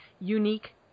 unique